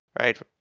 right